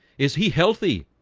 is he healthy?